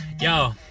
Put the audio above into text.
Yo